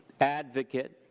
advocate